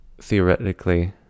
theoretically